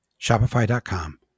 Shopify.com